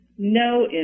No